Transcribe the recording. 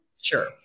Sure